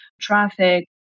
traffic